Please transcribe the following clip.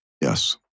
Yes